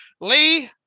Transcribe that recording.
Lee